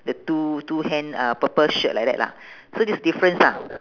the two two hand uh purple shirt like that lah so this difference lah